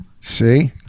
see